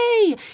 yay